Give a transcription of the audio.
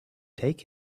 take